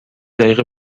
دقیقه